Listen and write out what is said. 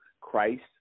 Christ